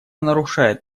нарушает